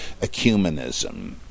ecumenism